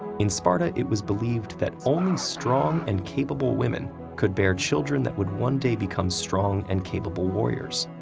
in sparta, it was believed that only strong and capable women could bear children that would one day become strong and capable warriors.